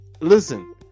Listen